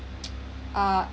ah